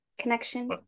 connection